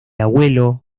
abuelo